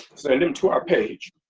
send him to our page.